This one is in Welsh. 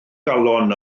galon